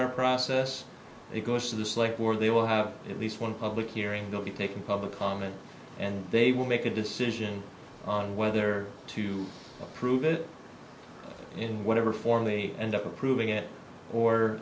our process it goes to the slick or they will have at least one public hearing they'll be taking public comment and they will make a decision on whether to approve it in whatever form they end up approving it or